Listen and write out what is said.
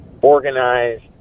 organized